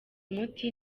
umuti